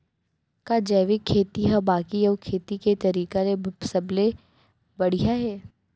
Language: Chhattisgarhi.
का जैविक खेती हा बाकी अऊ खेती के तरीका ले सबले बढ़िया हे?